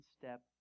step